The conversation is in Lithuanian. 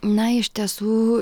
na iš tiesų